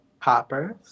poppers